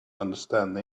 understands